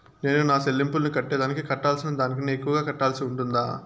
నేను నా సెల్లింపులకు కట్టేదానికి కట్టాల్సిన దానికన్నా ఎక్కువగా కట్టాల్సి ఉంటుందా?